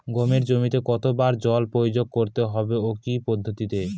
গমের জমিতে কতো বার জল প্রয়োগ করতে হবে ও কি পদ্ধতিতে?